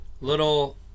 little